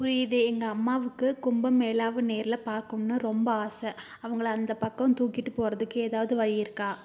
புரியுது எங்கள் அம்மாவுக்கு கும்பம் மேளாவை நேரில் பார்க்கணுன்னு ரொம்ப ஆசை அவங்களை அந்தப் பக்கம் தூக்கிட்டு போகிறதுக்கு ஏதாவது வழி இருக்கா